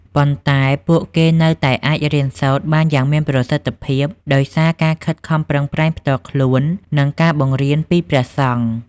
ប៉ុន្តែពួកគេនៅតែអាចរៀនសូត្របានយ៉ាងមានប្រសិទ្ធភាពដោយសារការខិតខំប្រឹងប្រែងផ្ទាល់ខ្លួននិងការបង្រៀនពីព្រះសង្ឃ។